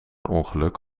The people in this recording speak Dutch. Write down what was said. ongeluk